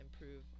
improve